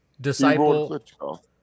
Disciple